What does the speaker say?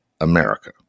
America